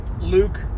Luke